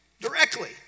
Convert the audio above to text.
directly